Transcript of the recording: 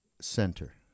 center